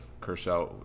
kershaw